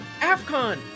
afcon